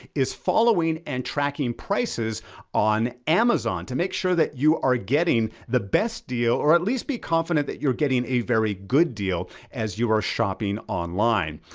is following and tracking prices on amazon to make sure that you are getting the best deal or at least be confident that you're getting a very good deal as you are shopping online.